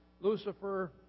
Lucifer